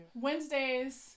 Wednesdays